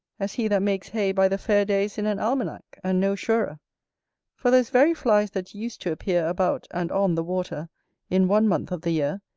as he that makes hay by the fair days in an almanack, and no surer for those very flies that used to appear about, and on, the water in one month of the year,